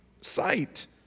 sight